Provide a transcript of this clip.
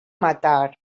matar